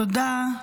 תודה.